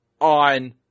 on